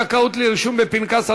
זכאות לרישום בפנקס),